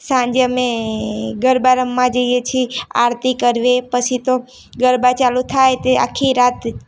સાંજે અમે ગરબા રમવા જઈએ છીએ આરતી કરવી પછી તો ગરબા ચાલુ થાય તે આખી રાત